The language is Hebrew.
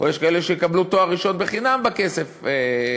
או שיש כאלה שיקבלו תואר ראשון חינם בכסף הזה,